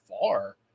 far